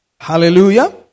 Hallelujah